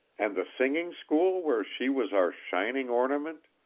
and the singing-school where she was our shining ornament,